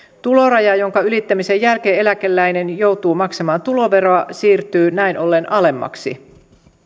tuloraja jonka ylittämisen jälkeen eläkeläinen joutuu maksamaan tuloveroa siirtyy näin ollen alemmaksi